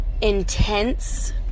intense